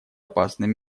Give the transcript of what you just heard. опасным